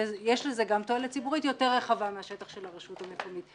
ויש לזה גם תועלת ציבורית יותר רחבה מהשטח של הרשות המקומית.